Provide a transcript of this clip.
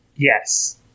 Yes